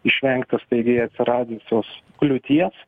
išvengtų staigiai atsiradusios kliūties